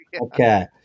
Okay